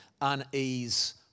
unease